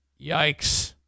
yikes